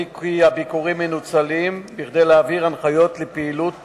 כי הביקורים מנוצלים כדי להעביר הנחיות לפעילות טרוריסטית.